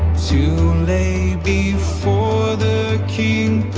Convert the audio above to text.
to lay before the king,